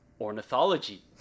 ornithology